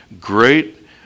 great